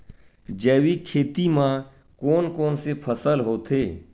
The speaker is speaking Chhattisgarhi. जैविक खेती म कोन कोन से फसल होथे?